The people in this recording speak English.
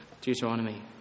Deuteronomy